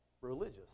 Religious